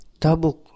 Tabuk